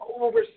over